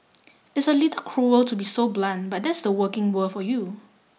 It's a little cruel to be so blunt but that's the working world for you